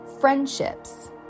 friendships